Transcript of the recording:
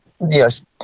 yes